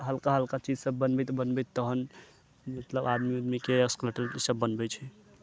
हल्का हल्का चीजसभ बनबैत बनबैत तखन मतलब आदमी सभ बनबै छै